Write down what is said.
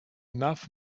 enough